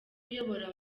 uyobora